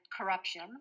corruption